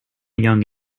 young